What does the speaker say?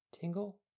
tingle